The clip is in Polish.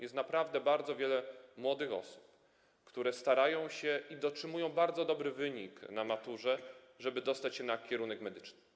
Jest naprawdę bardzo wiele młodych osób, które starają się, i mają bardzo dobre wyniki na maturze, dostać na kierunek medyczny.